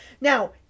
Now